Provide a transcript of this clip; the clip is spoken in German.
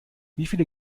wieviele